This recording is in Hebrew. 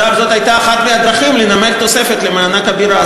זאת הייתה אחת מהדרכים לנמק תוספת למענק הבירה,